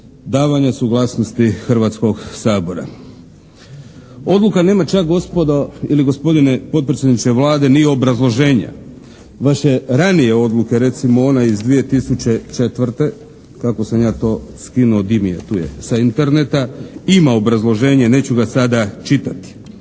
davanja suglasnosti Hrvatskog sabora. Odluka nema čak gospodo ili gospodine potpredsjedniče Vlade, ni obrazloženja. Vaše ranije odluke, recimo ona iz 2004. kako sam ja to skinuo sa interneta, ima obrazloženje, neću ga sada čitati.